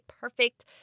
perfect